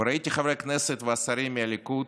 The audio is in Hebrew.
וראיתי חברי כנסת ושרים מהליכוד